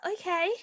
Okay